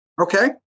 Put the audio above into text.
Okay